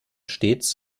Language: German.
stets